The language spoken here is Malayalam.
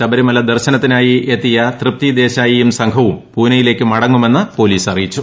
ശബരിമല ദർശനത്തിനായി എത്തിയ തൃപ്തി ദേശായിയും സംഘവും പൂനെയിലേക്ക് മടങ്ങുമെന്ന് പൊലീസ് അറിയിച്ചു